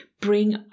bring